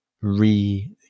re